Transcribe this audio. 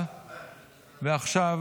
הפרטיות.